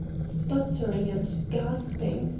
sputtering and gasping,